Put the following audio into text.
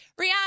Rihanna